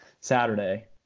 Saturday